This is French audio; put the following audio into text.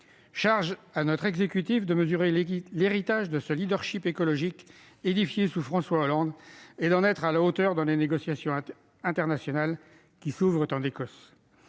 Charge à notre exécutif de mesurer l'héritage de ce leadership écologique édifié sous François Hollande et d'en être à la hauteur dans les négociations internationales qui s'ouvrent en Écosse.